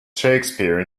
shakespeare